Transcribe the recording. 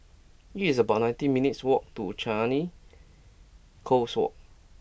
it's about nineteen minutes' walk to Changi Coast Walk